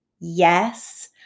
Yes